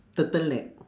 turtle neck